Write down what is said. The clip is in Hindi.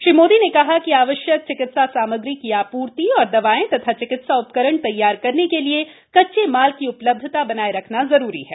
श्री मोदी ने कहा कि आवश्यक चिकित्सा सामग्री की आप्र्ति और दवाएं तथा चिकित्सा उप्रकरण तैयार करने के लिये कच्चे माल की उ लब्धता बनाये रखना जरूरी है